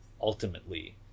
ultimately